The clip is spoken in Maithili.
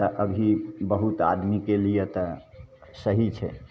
तऽ अभी बहुत आदमीके लिए तऽ सही छै